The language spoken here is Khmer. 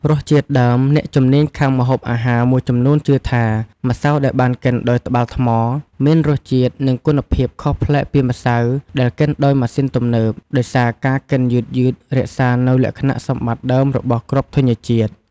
រសជាតិដើម អ្នកជំនាញខាងម្ហូបអាហារមួយចំនួនជឿថា ម្សៅដែលបានកិនដោយត្បាល់ថ្ម មានរសជាតិ និងគុណភាពខុសប្លែកពីម្សៅដែលកិនដោយម៉ាស៊ីនទំនើប ដោយសារការកិនយឺតៗរក្សានូវលក្ខណៈសម្បត្តិដើមរបស់គ្រាប់ធញ្ញជាតិ។